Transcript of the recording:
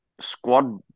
squad